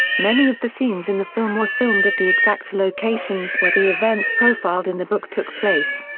many of the scenes in the film were filmed at the exact locations where the events profiled in the book took place.